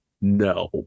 no